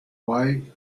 why